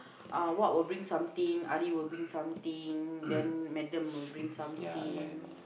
ah what will bring something Ari will bring something then madam will bring something